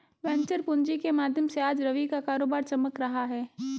venture पूँजी के माध्यम से आज रवि का कारोबार चमक रहा है